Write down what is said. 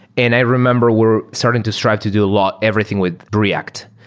and i remember we're starting to strive to do a lot everything with the react.